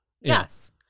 Yes